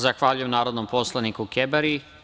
Zahvaljujem narodnom poslaniku Kebari.